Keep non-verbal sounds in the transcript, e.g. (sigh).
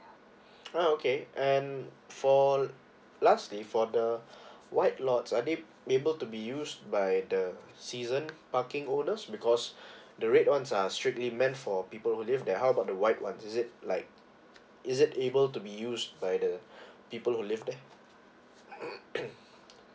oh okay and for lastly for the white lots are they able to be used by the season parking holders because the red ones are strictly meant for people who live there how about the white one is it like is it able to be use by the people who live there (coughs)